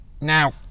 now